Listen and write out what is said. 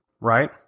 right